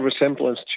resemblance